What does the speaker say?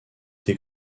des